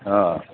हा